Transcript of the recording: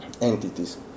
entities